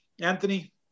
Anthony